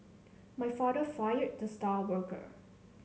my father fired the star worker